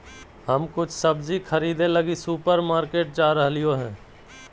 हम कुछ सब्जि खरीदे लगी सुपरमार्केट जा रहलियो हें